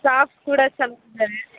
staffs ಕೂಡ